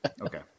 Okay